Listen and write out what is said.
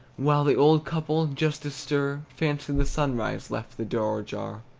while the old couple, just astir, fancy the sunrise left the door ajar!